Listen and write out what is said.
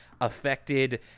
affected